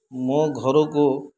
ମୋ ଘରକୁ